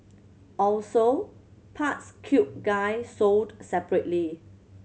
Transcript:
also parts cute guy sold separately